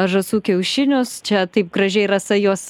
žąsų kiaušinius čia taip gražiai rasa juos